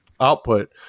output